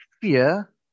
fear